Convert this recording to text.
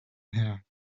hair